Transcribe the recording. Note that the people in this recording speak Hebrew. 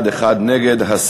נגד.